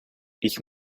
ich